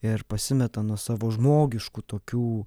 ir pasimeta nuo savo žmogiškų tokių